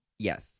Yes